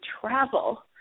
travel